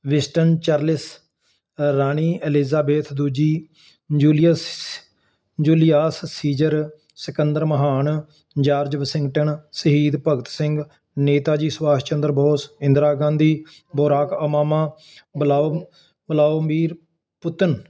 Winston Churchill ਰਾਣੀ Elizabeth ਦੂਜੀ Julius Julius Caesar Sikandar ਮਹਾਨ ਜਾਰਜ ਵਸ਼ਿੰਗਟਨ ਸ਼ਹੀਦ Bhagat Singh Netaji Subhash Chandra Bose Indira Gandhi Barack Obama ਬੁਲਾਓ ਬੁਲਾਓਮੀਰ ਪੁੱਤਨ